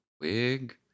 wig